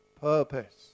purpose